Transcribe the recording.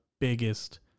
biggest